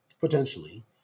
potentially